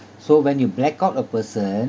so when you blackout a person